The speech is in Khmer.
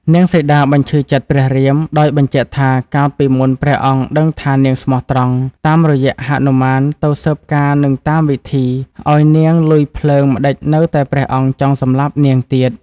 នាងសីតាបញ្ឈឺចិត្តព្រះរាម ដោយបញ្ជាក់ថាកាលពីមុនព្រះអង្គដឹងថានាងស្មោះត្រង់ តាមរយៈហនុមានទៅស៊ើបការនិងតាមវិធីឱ្យនាងលុយភ្លើងម្តេចនៅតែព្រះអង្គចង់សម្លាប់នាងទៀត។